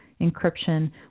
encryption